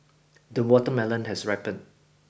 the watermelon has ripened